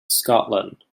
scotland